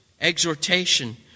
exhortation